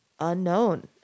unknown